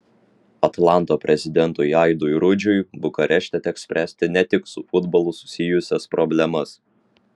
atlanto prezidentui aidui rudžiui bukarešte teks spręsti ne tik su futbolu susijusias problemas